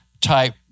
type